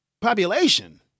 population